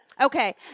Okay